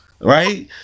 Right